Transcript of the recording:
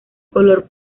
color